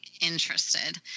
interested